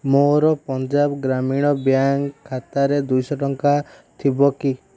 ମୋର ପଞ୍ଜାବ ଗ୍ରାମୀଣ ବ୍ୟାଙ୍କ୍ ଖାତାରେ ଦୁଇଶହ ଟଙ୍କା ଥିବ କି